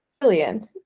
Brilliant